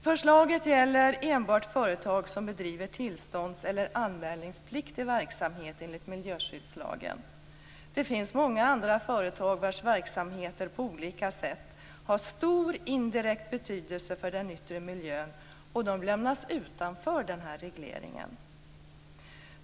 Förslaget gäller enbart företag som bedriver tillstånds eller anmälningspliktig verksamhet enligt miljöskyddslagen. Det finns många andra företag vilkas verksamheter på olika sätt har stor indirekt betydelse för den yttre miljön. De lämnas utanför den här regleringen.